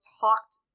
talked